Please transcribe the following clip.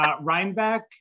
Rhinebeck